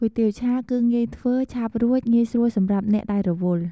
គុយទាវឆា គឺ ងាយធ្វើ ឆាប់រួច ងាយស្រួលសម្រាប់អ្នកដែលរវល់។